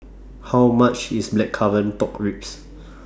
How much IS Blackcurrant Pork Ribs